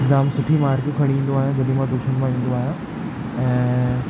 जाम सुठी मार्कू खणी ईंदो आहियां जॾहिं मां ट्यूशन मां ईंदो आहियां ऐं